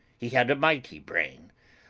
he had a mighty brain,